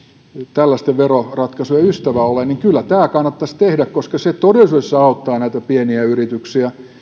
tällaisten veroratkaisujen ystävä ole että kyllä tämä kannattaisi tehdä koska se todellisuudessa auttaa näitä pieniä yrityksiä